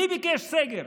מי ביקש סגר?